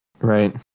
right